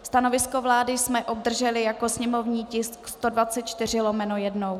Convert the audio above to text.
Stanovisko vlády jsme obdrželi jako sněmovní tisk 124/1.